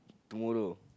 tomorrow